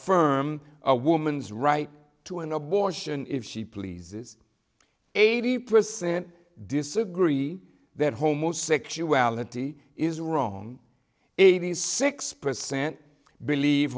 firm a woman's right to an abortion if she pleases eighty percent disagree that homosexuality is wrong eighty six percent believe